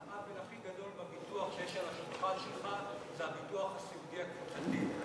העוול הכי גדול בביטוח שיש על השולחן שלך זה הביטוח הסיעודי הקבוצתי.